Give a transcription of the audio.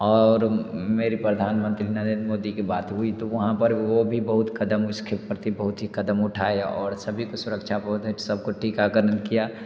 और मेरी प्रधान मंत्री नरेंद्र मोदी की बात हुई तो वहाँ पर वो भी बहुत कदम उसके प्रति बहुत ही कदम उठाए और सभी को सुरक्षा सबको टीकाकरण किया